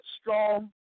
strong